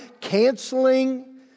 canceling